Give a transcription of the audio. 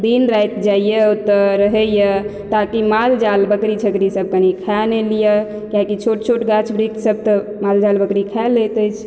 दिन राति जाइया ओतऽ रहैया ताकि माल जाल बकरी छकरी सब कनी खा नहि लिया किएकि छोट छोट गाछ वृक्ष सब तऽ माल जाल बकरी खा लैत अछि